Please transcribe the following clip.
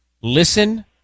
listen